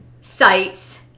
sites